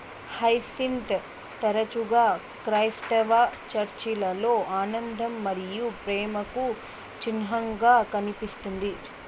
hyacinth తరచుగా క్రైస్తవ చర్చిలలో ఆనందం మరియు ప్రేమకు చిహ్నంగా కనిపిస్తుంది